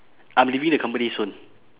I'm leaving the company soon